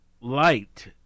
Light